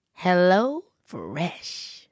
HelloFresh